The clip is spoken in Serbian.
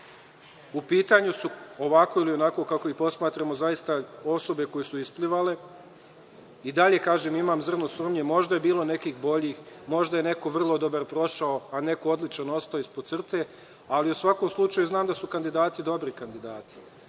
U pitanju su, ovako ili onako, zavisi kako ih posmatramo, zaista osobe koje su isplivale. Kažem, i dalje imam zrno sumnje. Možda je bilo nekih boljih, možda je neko vrlo dobar prošao, a neko odličan ostao ispod crte. Ali, u svakom slučaju, znam da su kandidati dobri kandidati.